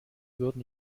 wurden